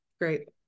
great